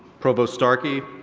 provost starkey,